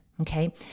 Okay